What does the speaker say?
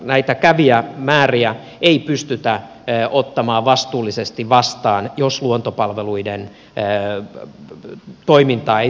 näitä kävijämääriä ei pystytä ottamaan vastuullisesti vastaan jos luontopalveluiden toimintaa ei turvata